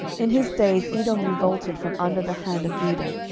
in his days edom revolted from under the hand of judah,